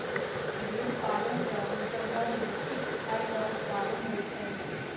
भेड़ पालन सॅ हुनकर घर में किछ आयक उत्पादन होइत छैन